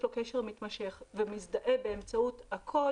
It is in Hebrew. לו קשר מתמשך והוא מזדהה באמצעות הקוד